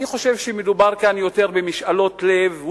אני חושב שמדובר כאן יותר במשאלות לב,